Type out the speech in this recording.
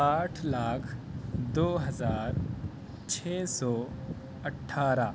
آٹھ لاکھ دو ہزار چھ سو اٹھارہ